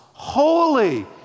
holy